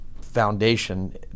foundation